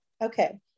Okay